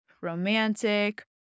romantic